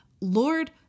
Lord